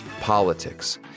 politics